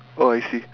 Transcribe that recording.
oh I see